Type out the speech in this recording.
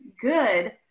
good